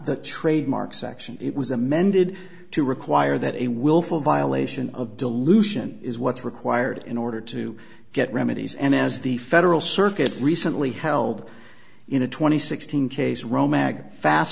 the trademark section it was amended to require that a willful violation of dilution is what's required in order to get remedies and as the federal circuit recently held in a twenty six thousand case romantic fast